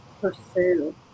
pursue